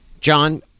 John